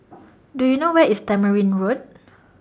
Do YOU know Where IS Tamarind Road